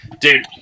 Dude